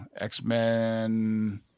X-Men